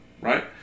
Right